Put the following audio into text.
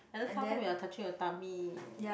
Agnes how come you're touching your tummy